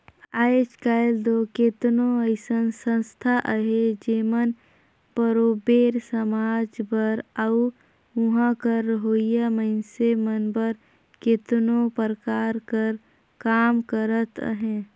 आएज काएल दो केतनो अइसन संस्था अहें जेमन बरोबेर समाज बर अउ उहां कर रहोइया मइनसे मन बर केतनो परकार कर काम करत अहें